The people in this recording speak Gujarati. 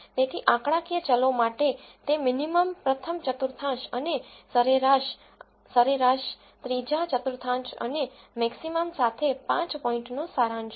તેથી આંકડાકીય ચલો માટે તે મીનીમમ પ્રથમ ચતુર્થાંશ અને સરેરાશ સરેરાશ ત્રીજા ચતુર્થાંશ અને મેક્સીમમ સાથે પાંચ પોઇન્ટનો સારાંશ છે